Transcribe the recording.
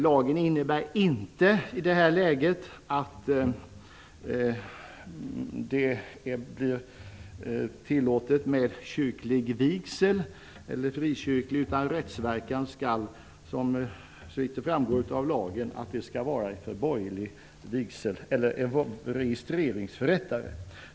Lagen innebär inte i det här läget att kyrklig eller frikyrklig vigsel tillåts, utan rättsverkan skall, såvitt framgår av lagen, gälla för registreringsförrättningen.